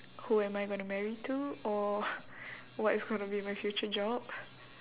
who am I gonna marry to or what is gonna be my future job